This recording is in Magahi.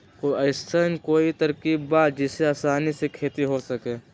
कोई अइसन कोई तरकीब बा जेसे आसानी से खेती हो सके?